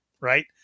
right